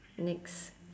next